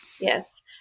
yes